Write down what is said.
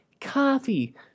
Coffee